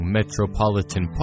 Metropolitan